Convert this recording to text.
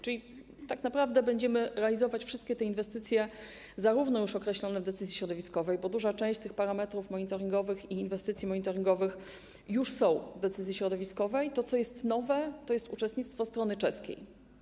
Czyli tak naprawdę będziemy realizować wszystkie inwestycje już określone w decyzji środowiskowej, bo duża część tych parametrów monitoringowych i inwestycji monitoringowych już została określona w decyzji środowiskowej, a to, co jest nowe, to uczestnictwo strony czeskiej.